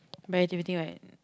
by activity right